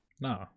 No